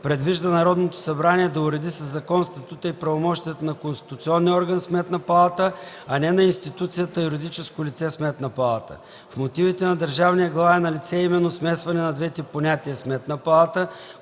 предвижда Народното събрание да уреди със закон статута и правомощията на конституционния орган Сметна палата, а не на институцията – юридическо лице Сметна палата. В мотивите на държавния глава е налице именно смесване на двете понятия Сметна палата,